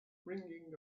ringing